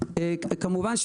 כמובן,